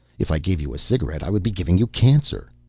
if i gave you a cigarette, i would be giving you cancer.